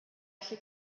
allu